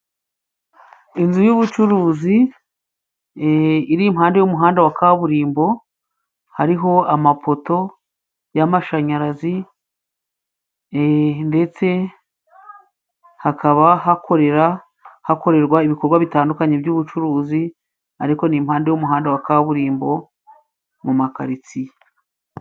Inzu y'ubucuruzi iri impande y'umuhanda wa kaburimbo, hariho amapoto y'amashanyarazi e ndetse hakaba hakorera hakorerwa ibikorwa bitandukanye by'ubucuruzi, ariko ni impande y'umuhanda wa kaburimbo mu makaritsiye.